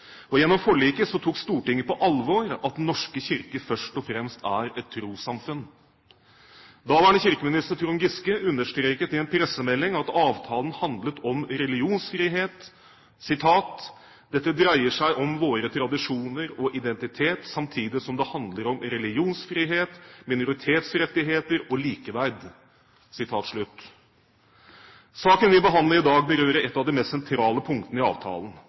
pressemelding at avtalen handlet om religionsfrihet: «Dette dreier seg om våre tradisjoner og identitet samtidig som det handler om religionsfrihet, minoritetsrettigheter og likeverd.» Saken vi behandler i dag, berører et av de mest sentrale punktene i avtalen.